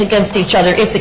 against each other if the